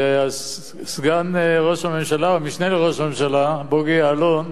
סגן ראש הממשלה, המשנה לראש הממשלה, בוגי יעלון,